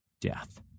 death